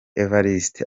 evariste